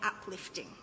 uplifting